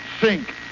sink